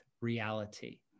reality